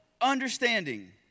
understanding